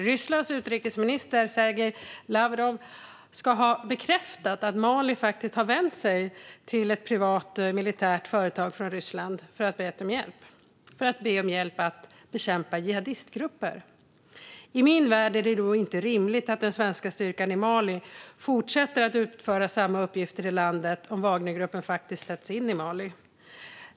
Rysslands utrikesminister Sergej Lavrov ska ha bekräftat att Mali har vänt sig till ett privat militärt företag i Ryssland för att be om hjälp att bekämpa jihadistgrupper. I min värld är det då inte rimligt att den svenska styrkan i Mali fortsätter att utföra samma uppgifter i landet om Wagnergruppen faktiskt sätts in i Mali.